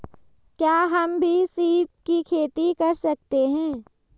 क्या हम भी सीप की खेती कर सकते हैं?